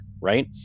right